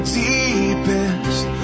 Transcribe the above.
deepest